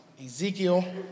Ezekiel